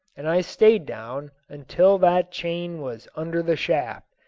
and i stayed down until that chain was under the shaft.